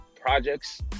projects